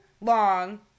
long